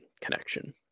connection